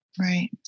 right